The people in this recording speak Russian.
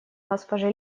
госпоже